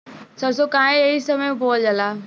सरसो काहे एही समय बोवल जाला?